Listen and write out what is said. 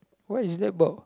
what is that about